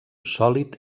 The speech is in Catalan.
sòlid